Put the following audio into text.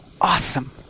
awesome